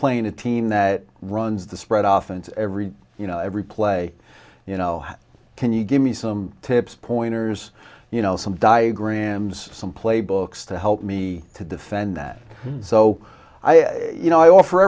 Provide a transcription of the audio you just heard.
playing a team that runs the spread off and every you know every play you know can you give me some tips pointers you know some diagrams some play books to help me to defend that so i you know i offer